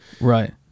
right